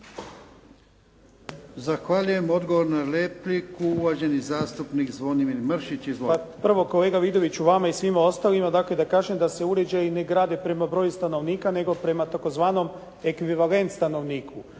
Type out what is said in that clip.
Zahvaljujem. Odgovor na repliku, uvaženi zastupnik Zvonimir Mršić. Izvolite. **Mršić, Zvonimir (SDP)** Pa prvo, kolega Vidoviću vama i svima ostalima, dakle da kažem da se uređaje ne grade prema broju stanovnika, nego prema tzv. ekvivalent stanovniku